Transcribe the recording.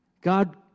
God